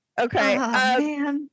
Okay